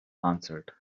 answered